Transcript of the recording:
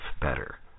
better